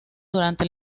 durante